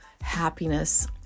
happiness